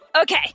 Okay